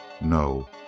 No